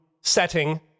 setting